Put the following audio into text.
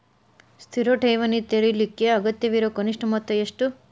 ಸ್ಥಿರ ಠೇವಣಿ ತೆರೇಲಿಕ್ಕೆ ಅಗತ್ಯವಿರೋ ಕನಿಷ್ಠ ಮೊತ್ತ ಎಷ್ಟು?